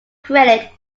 credit